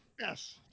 Yes